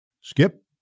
Skip